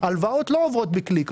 הלוואות לא עוברות בקליק,